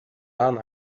laan